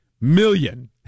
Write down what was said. million